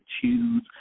choose